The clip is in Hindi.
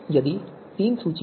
सभी तीन सूचियाँ